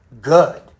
good